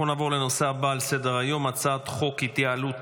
אנחנו נעבור לנושא הבא על סדר-היום: הצעת חוק ההתייעלות